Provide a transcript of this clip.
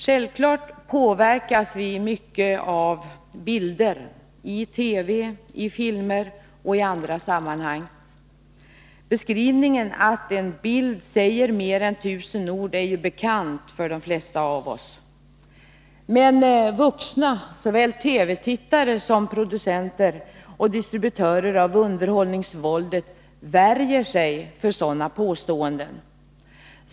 Självfallet påverkas vi mycket av bilder — i TV, i filmer och i andra sammanhang. Beskrivningen, att en bild säger mer än tusen ord, är ju bekant för de flesta av oss. Men vuxna — såväl TV-tittare som t.ex. de som producerar och distribuerar underhållningsvåldet — värjer sig för sådana påståenden.